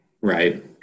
Right